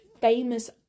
famous